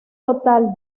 total